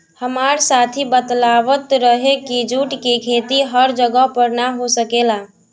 हामार साथी बतलावत रहे की जुट के खेती हर जगह पर ना हो सकेला